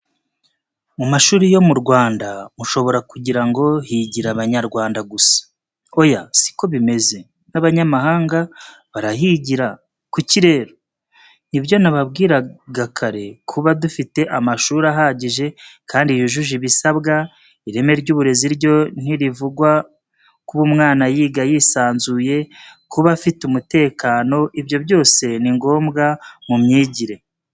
Mu mashuri yo mu Rwanda mushobora kugira ngo higira Abanyarwanda gusa. Oya siko bimeze n'abanyamahanga barahigira, kuki rero? Nibyo nababwiraga kare kuba dufite amashuri ahagije kandi yujuje ibisabwa, ireme ry'uburezi ryo ntirivugwa kuba umwana yiga yisanzuye, kuba afite umutekano ibyo byose ni ngombwa mumyigire.